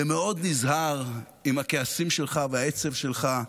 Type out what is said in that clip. ומאוד נזהר עם הכעסים שלך והעצב שלך,